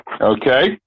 Okay